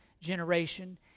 generation